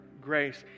grace